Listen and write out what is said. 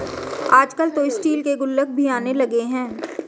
आजकल तो स्टील के गुल्लक भी आने लगे हैं